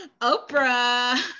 Oprah